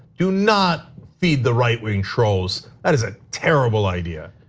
do not feed the right-wing trolls. that is a terrible idea.